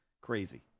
Crazy